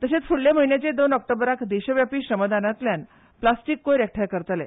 तशेंच फुडल्या म्हयन्याचे दोन ऑक्टोबरा सावन देशव्यापी श्रमदानांतल्यान प्लास्टीक कोयर एकठांय करतले